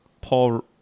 paul